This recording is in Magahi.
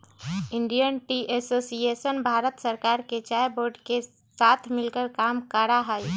इंडियन टी एसोसिएशन भारत सरकार के चाय बोर्ड के साथ मिलकर काम करा हई